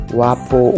wapo